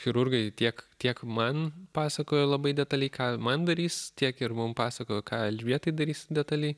chirurgai tiek tiek man pasakojo labai detaliai ką man darys tiek ir mum pasakojo ką elžbietai darys detaliai